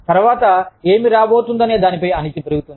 తరువాత ఏమి రాబోతుందనే దానిపై అనిశ్చితి పెరుగుతుంది